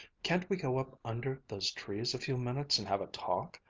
can't we go up under those trees a few minutes and have a talk?